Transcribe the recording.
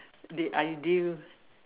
the ideal